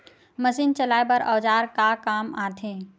Machine चलाए बर औजार का काम आथे?